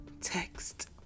text